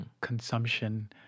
consumption